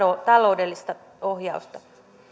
taloudellista ohjausta